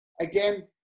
Again